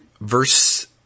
verse